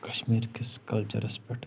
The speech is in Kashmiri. کشمیٖر کِس کلچرس پٮ۪ٹھ